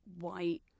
white